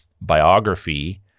biography